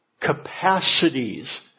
capacities